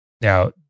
Now